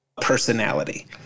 personality